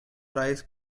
rice